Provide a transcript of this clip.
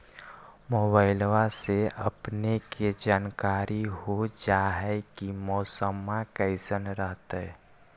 मोबाईलबा से अपने के जानकारी हो जा है की मौसमा कैसन रहतय?